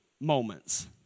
moments